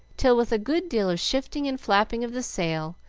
till with a good deal of shifting and flapping of the sail,